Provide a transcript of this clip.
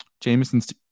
Jameson's